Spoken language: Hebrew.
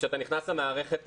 כשאתה נכנס למערכת,